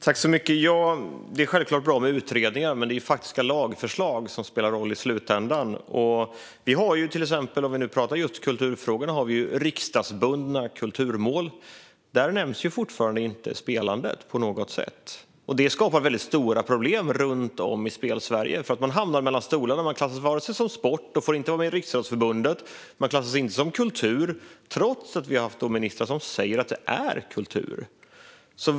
Fru talman! Det är självklart bra med utredningar, men det är ju faktiska lagförslag som spelar roll i slutändan. Om vi pratar om just kulturfrågorna har vi till exempel riksdagsbundna kulturmål, och där nämns fortfarande inte spelandet på något sätt. Det skapar stora problem runt om i Spelsverige. Man hamnar mellan stolarna. Man klassas inte som sport och får inte vara med i Riksidrottsförbundet, och man klassas inte som kultur, trots att vi har haft ministrar som säger att det är kultur.